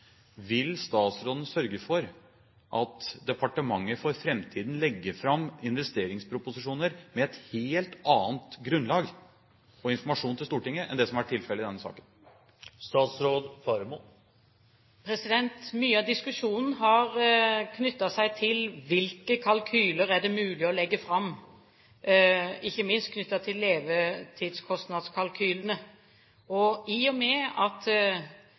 Vil statsråden sørge for at departementet for framtiden legger fram investeringsproposisjoner med et helt annet grunnlag og mer informasjon til Stortinget enn det som har vært tilfellet i denne saken? Mye av diskusjonen har knyttet seg til hvilke kalkyler det er mulig å legge fram, ikke minst knyttet til levetidskostnadskalkylene. I og med at